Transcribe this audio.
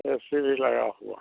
ऐसी भी लगा हुआ है